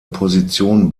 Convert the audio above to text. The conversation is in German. position